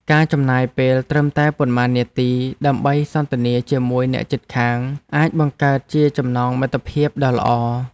ការចំណាយពេលត្រឹមតែប៉ុន្មាននាទីដើម្បីសន្ទនាជាមួយអ្នកជិតខាងអាចបង្កើតជាចំណងមិត្តភាពដ៏ល្អ។